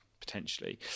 potentially